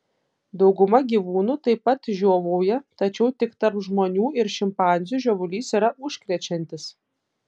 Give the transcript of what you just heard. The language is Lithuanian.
dauguma gyvūnų taip pat žiovauja tačiau tik tarp žmonių ir šimpanzių žiovulys yra užkrečiantis